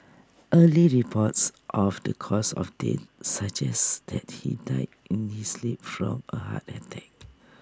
early reports of the cause of death suggests that he died in his sleep from A heart attack